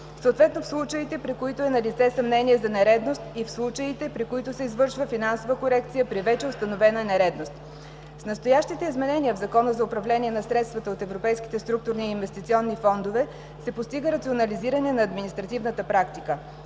съответно в случаите, при които е налице съмнение за нередност и в случаите, при които се извършва финансова корекция при вече установена нередност. С настоящите изменения в Закона за управление на средствата от европейските структурни и инвестиционни фондове се постига рационализиране на административната практика.